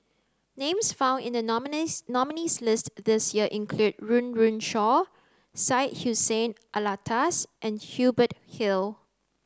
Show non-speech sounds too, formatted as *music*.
names found in the *unintelligible* nominees' list this year include Run Run Shaw Syed Hussein Alatas and Hubert Hill